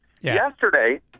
Yesterday